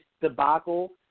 debacle